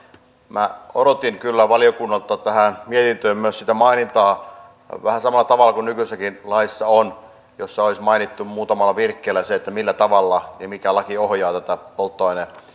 minä odotin kyllä valiokunnalta tähän mietintöön myös sitä mainintaa vähän samalla tavalla kuin nykyisessäkin laissa on jossa olisi mainittu muutamalla virkkeellä se millä tavalla ja mikä laki ohjaa tätä